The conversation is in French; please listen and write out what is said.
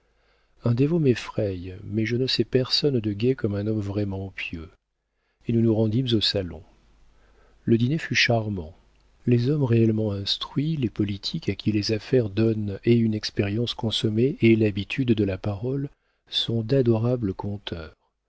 un dévot m'effraie mais je ne sais personne de gai comme un homme vraiment pieux et nous nous rendîmes au salon le dîner fut charmant les hommes réellement instruits les politiques à qui les affaires donnent et une expérience consommée et l'habitude de la parole sont d'adorables conteurs